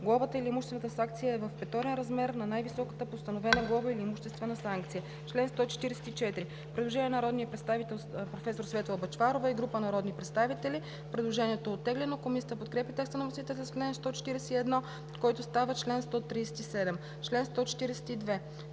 глобата или имуществената санкция е в петорен размер на най-високата постановена глоба или имуществена санкция.“ По чл. 141 има предложение на народния представител професор Светла Бъчварова и група народни представители. Предложението е оттеглено. Комисията подкрепя текста на вносителя за чл. 141, който става чл. 137. По чл.